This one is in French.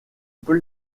peut